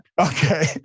Okay